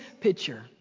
picture